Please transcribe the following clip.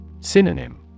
Synonym